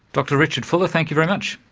dr richard fuller, thank you very much.